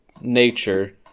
nature